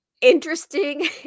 Interesting